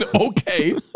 Okay